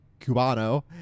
Cubano